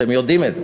אתם יודעים את זה,